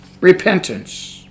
repentance